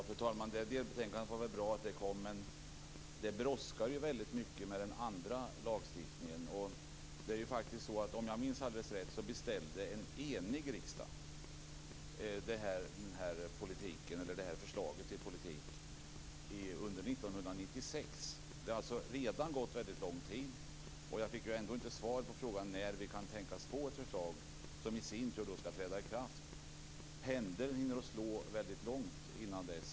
Fru talman! Det var bra att delbetänkandet kom, men det brådskar mycket med den andra lagstiftningen. Om jag minns rätt beställde en enig riksdag redan 1996 det här förslaget till politik. Det har alltså gått lång tid. Jag fick ändå inte svar på frågan när vi kan tänkas få ett förslag som skall träda i kraft. Jag är rädd för att pendeln hinner slå långt innan dess.